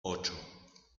ocho